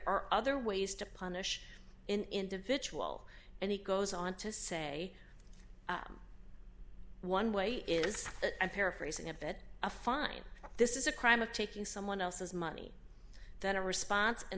are other ways to punish individual and he goes on to say one way is that i'm paraphrasing a bit a fine this is a crime of taking someone else's money that a response in